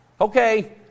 Okay